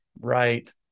right